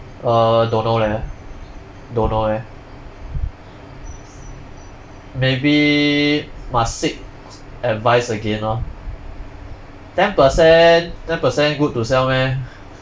err don't know leh don't know eh maybe must seek advice again lor ten percent ten percent good to sell meh